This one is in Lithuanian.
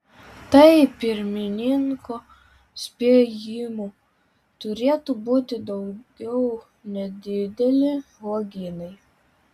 tai pirmininko spėjimu turėtų būti daugiau nedideli uogynai